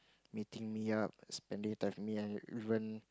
meeting me up spending time with me and even